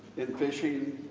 in fishing